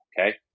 Okay